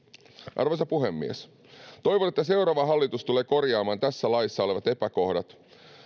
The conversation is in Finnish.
arvoisa puhemies toivon että seuraava hallitus tulee korjaamaan tässä laissa olevat epäkohdat